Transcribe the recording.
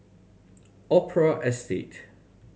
Opera Estate